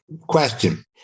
question